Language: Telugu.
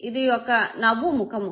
ఇది ఒక నవ్వు ముఖము